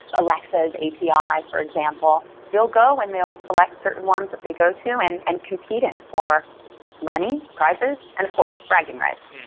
alexa's api, for example. they'll go and they'll select certain ones that they go to and and compete in for money, prizes, and of course, bragging rights.